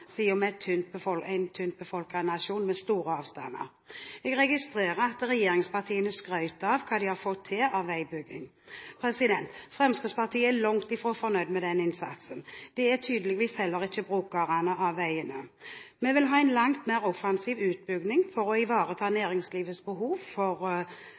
en tynt befolket nasjon med store avstander. Jeg registrerer at regjeringspartiene skryter av hva de har fått til av veibygging. Fremskrittspartiet er langt fra fornøyd med den innsatsen. Det er tydeligvis heller ikke brukerne av veiene. Vi vil ha en langt mer offensiv utbygging for å ivareta næringslivets behov for